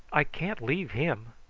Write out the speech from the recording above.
i can't leave him.